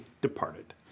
departed